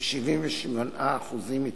78% התייחסות.